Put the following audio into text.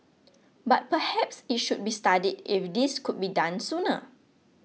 but perhaps it should be studied if this could be done sooner